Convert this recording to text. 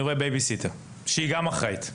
אני רואה בייבי-סיטר שהיא גם אחראית.